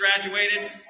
graduated